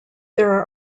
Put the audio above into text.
there